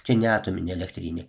čia ne atominė elektrinė